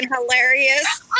hilarious